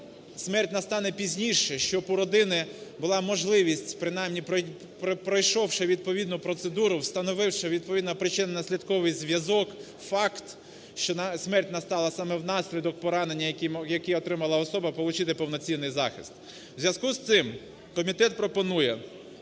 смерть настане пізніше, щоб у родини була можливість, принаймні пройшовши відповідну процедуру, встановивши відповідно причинно-наслідковий зв'язок, факт, що смерть настала саме внаслідок поранення, які отримала особа, получити повноцінний захист. В зв'язку з цим комітет пропонує